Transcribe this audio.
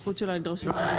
לדרוש.